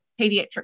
pediatric